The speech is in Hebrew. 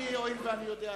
מי בעד 162 כהצעת הוועדה,